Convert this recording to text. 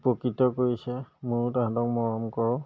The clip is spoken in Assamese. উপকৃত কৰিছে ময়ো তাহাঁতক মৰম কৰোঁ